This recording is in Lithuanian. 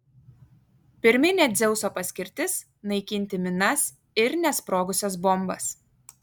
pirminė dzeuso paskirtis naikinti minas ir nesprogusias bombas